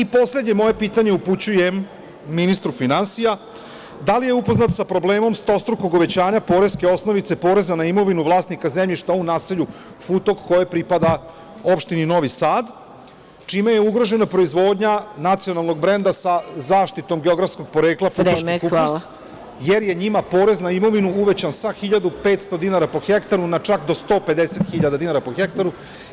Poslednje moje pitanje upućujem ministru finansija – da li je upoznat sa problemom stostrukog uvećanja poreske osnovice poreza na imovinu vlasnika zemljišta u naselju Futog, koje pripada opštini Novi Sad, čime je ugrožena proizvodnja nacionalnog brenda sa zaštitom geografskog poreka – futuški kupus, jer je njima porez na imovinu uvećan sa 1.500 dinara po hektaru na čak do 150 hiljada dinara po hektaru?